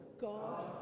God